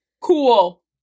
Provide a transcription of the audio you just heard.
Cool